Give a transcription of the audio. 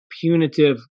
punitive